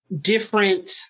different